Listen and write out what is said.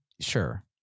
Sure